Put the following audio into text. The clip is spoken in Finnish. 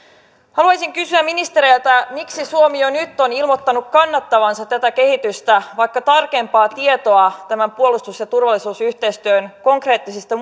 haluaisin kysyä ministereiltä miksi suomi jo nyt on ilmoittanut kannattavansa tätä kehitystä vaikka tarkempaa tietoa tämän puolustus ja turvallisuusyhteistyön konkreettisista